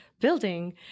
building